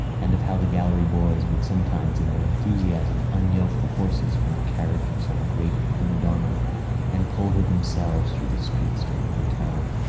and of how the gallery boys would sometimes in their enthusiasm unyoke the horses from the carriage of some great prima donna and pull her themselves through the streets to her hotel.